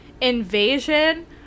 Invasion